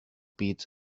beat